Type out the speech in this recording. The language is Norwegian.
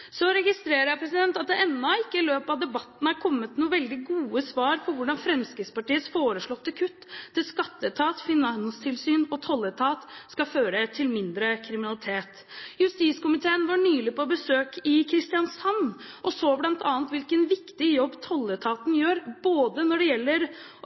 Så registrerer jeg at det ennå ikke i løpet av debatten er kommet noen veldig gode svar på hvordan Fremskrittspartiets foreslåtte kutt til skatteetat, finanstilsyn og tolletat skal føre til mindre kriminalitet. Justiskomiteen var nylig på besøk i Kristiansand og så bl.a. hvilken viktig jobb tolletaten gjør både når det gjelder